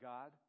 God